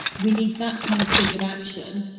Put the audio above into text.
we need that kind of speed of action,